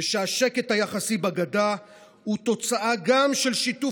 ושהשקט היחסי בגדה הוא גם תוצאה של שיתוף